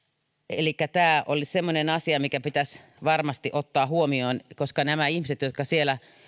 elikkä tämä olisi semmoinen asia mikä pitäisi varmasti ottaa huomioon koska nämä ihmiset jotka siellä